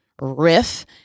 riff